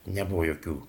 nebuvo jokių